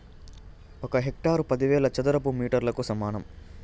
ఒక హెక్టారు పదివేల చదరపు మీటర్లకు సమానం